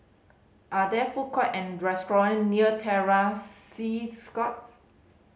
are there food court and restaurant near Terror Sea Scouts